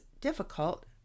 Difficult